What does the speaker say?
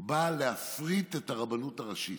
באה להפריט את הרבנות הראשית.